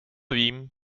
vím